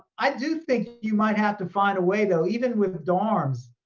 i do think you might have to find a way though, even with dorms.